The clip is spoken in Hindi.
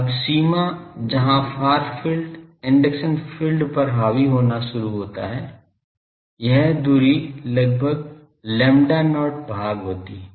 अब सीमा जहां फार फील्ड इंडक्शन फील्ड पर हावी होना शुरू होता है यह दूरी लगभग lambda not भाग होती है